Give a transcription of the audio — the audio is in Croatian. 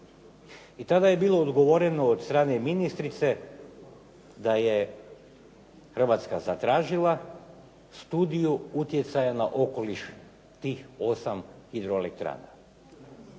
i tada je bilo odgovoreno od strane ministrice da je Hrvatska zatražila studiju utjecaja na okoliš tih 8 hidroelektrana.